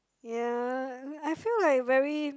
ya I feel like very